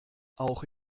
auch